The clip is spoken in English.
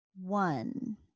one